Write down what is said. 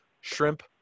shrimp